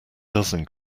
dozen